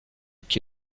qui